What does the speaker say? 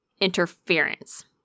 interference